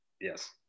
Yes